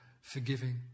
forgiving